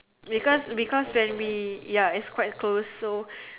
because because when we ya it's quite close so